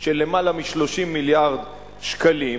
של למעלה מ-30 מיליארד שקלים,